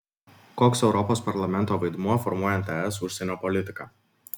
koks europos parlamento vaidmuo formuojant es užsienio politiką